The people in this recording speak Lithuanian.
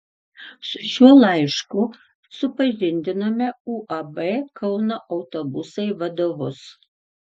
su šiuo laišku supažindinome uab kauno autobusai vadovus